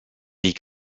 die